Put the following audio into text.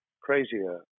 crazier